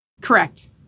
Correct